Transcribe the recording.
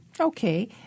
Okay